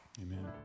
Amen